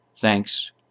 Thanks